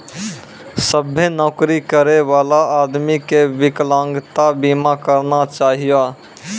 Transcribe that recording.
सभ्भे नौकरी करै बला आदमी के बिकलांगता बीमा करना चाहियो